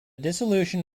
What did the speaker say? dissolution